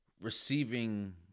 receiving